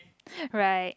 right